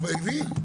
הוא הבין.